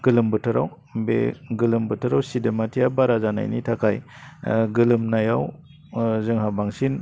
गोलोम बोथोराव बे गोलोम बोथोराव सिदोमाथिया बारा जानायनि थाखाय गोलोमनायाव जोंहा बांसिन